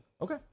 Okay